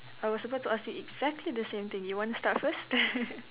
I was about to ask you exactly the same thing you want to start first